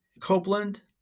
Copeland